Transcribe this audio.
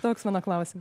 toks mano klausime